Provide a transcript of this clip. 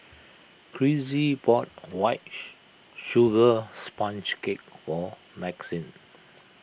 Crissy bought White Sugar Sponge Cake for Maxine